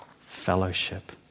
fellowship